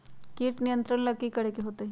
किट नियंत्रण ला कि करे के होतइ?